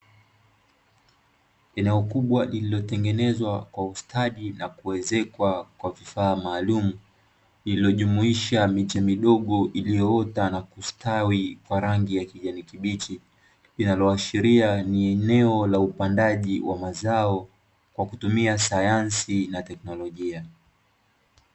Eneo kubwa lililotengenezwa kwa ustadi na kuezekwa kwa vifaa maalumu, lililojumuisha miche midogo iliyoota na kustawi kwa rangi ya kijani kibichi, linaloashiria ni eneo la upandaji wa mazao kwa kutumia sayansi na teknolojia.